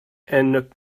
and